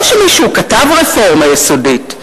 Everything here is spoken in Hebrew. לא שמישהו כתב רפורמה יסודית,